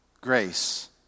Grace